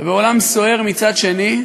ובעולם סוער מצד שני.